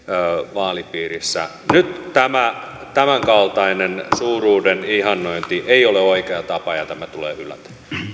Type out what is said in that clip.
vaalipiirissä nyt tämä tämänkaltainen suuruuden ihannointi ei ole oikea tapa ja tämä tulee hylätä